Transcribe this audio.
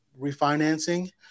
refinancing